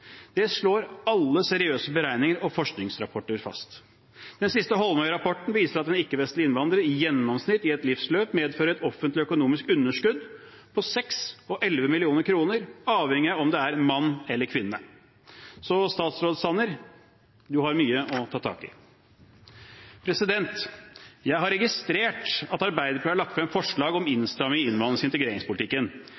Det slår alle seriøse beregninger og forskningsrapporter fast. Den siste Holmøy-rapporten viser at ikke-vestlige innvandrere i gjennomsnitt i et livsløp medfører et offentlig økonomisk underskudd på 6 mill. kr og 11 mill. kr, avhengig av om det er mann eller kvinne. Så statsråd Sanner har mye å ta tak i. Jeg har registrert at Arbeiderpartiet har lagt frem forslag om